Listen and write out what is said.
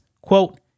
quote